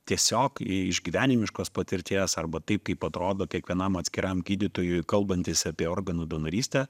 tiesiog iš gyvenimiškos patirties arba taip kaip atrodo kiekvienam atskiram gydytojui kalbantis apie organų donorystę